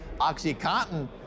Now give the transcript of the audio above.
OxyContin